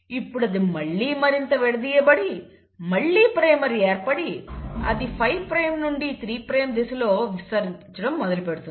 ఇప్పుడు మళ్లీ మరింత విడదీయబడి మళ్లీ ప్రైమర్ ఏర్పడి అది 5 ప్రైమ్ నుండి 3 ప్రైమ్ దిశలో విస్తరించడం మొదలుపెడుతుంది